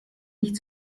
nicht